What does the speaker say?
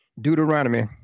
Deuteronomy